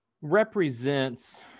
represents